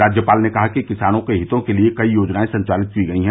राज्यपाल ने कहा कि किसानों के हितों के लिये कई योजनाएं संचालित की गई है